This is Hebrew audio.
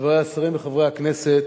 חברי השרים וחברי הכנסת,